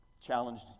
challenged